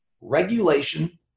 regulation